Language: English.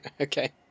okay